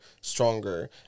stronger